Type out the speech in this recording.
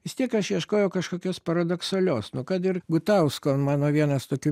vis tiek aš ieškojau kažkokios paradoksalios nu kad ir gutausko mano vienas tokių